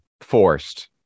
forced